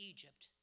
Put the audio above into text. Egypt